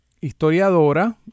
historiadora